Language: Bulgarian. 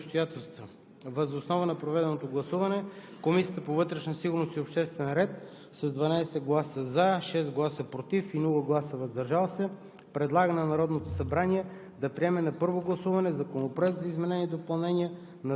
Цел на Законопроекта е да регламентира изграждането на софтуер за издаване на удостоверения за вписани обстоятелства. Въз основа на проведеното гласуване Комисията по вътрешна сигурност и обществен ред с 12 гласа „за“, 6 гласа „против“ и без гласове „въздържал се“